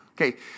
Okay